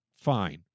fine